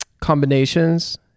combinations